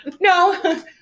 No